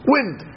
Wind